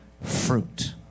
fruit